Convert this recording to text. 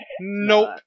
Nope